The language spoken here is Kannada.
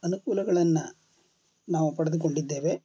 ಅನುಕೂಲಗಳನ್ನು ನಾವು ಪಡೆದುಕೊಂಡಿದ್ದೇವೆ